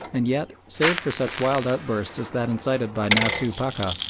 and yet, save for such wild outbursts as that incited by nasooh pacha,